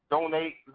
Donate